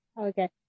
Okay